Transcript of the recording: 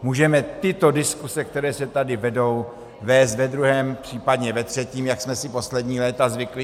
Můžeme tyto diskuze, které se tady vedou, vést ve druhém, případně ve třetím čtení, jak jsme si poslední léta zvykli.